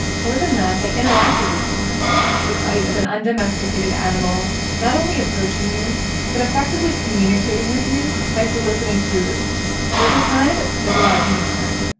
more than that, they interacted with humans. the sight of an undomesticated animal not only approaching you but effectively communicating with you by soliciting food was a sign of its civilized nature,